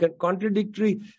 contradictory